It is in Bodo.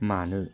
मानो